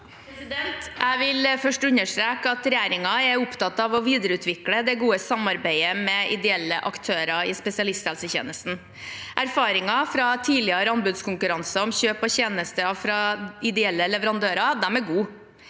Jeg vil først un- derstreke at regjeringen er opptatt av å videreutvikle det gode samarbeidet med ideelle aktører i spesialisthelsetjenesten. Erfaringene fra tidligere anbudskonkurranser om kjøp av tjenester fra ideelle leverandører er gode.